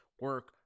Work